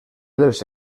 dels